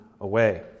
away